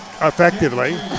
effectively